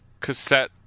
cassette